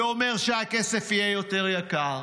זה אומר שהכסף יהיה יותר יקר,